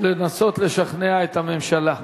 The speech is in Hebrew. לנסות לשכנע את הממשלה.